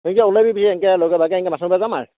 তই পিছে ওলাবি পিছে এনেকে লগে ভাগে এনেকে মাছ মাৰিব যাম আৰু